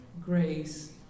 grace